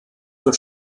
zur